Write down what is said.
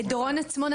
דורון עצמון,